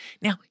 Now